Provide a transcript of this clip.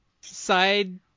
side